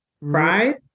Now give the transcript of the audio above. Right